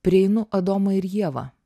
prieinu adomą ir ievą